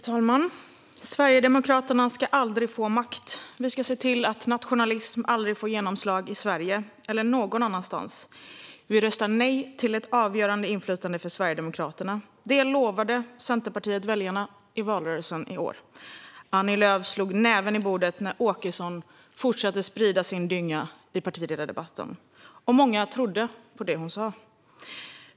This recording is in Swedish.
Fru talman! Sverigedemokraterna ska aldrig få makt. Vi ska se till att nationalismen aldrig får genomslag i Sverige eller någon annanstans. Vi röstar nej till ett avgörande inflytande för Sverigedemokraterna. Detta lovade Centerpartiet väljarna i valrörelsen i år. Annie Lööf slog näven i bordet när Åkesson fortsatte sprida sin dynga i partiledardebatten, och många trodde på det hon sa.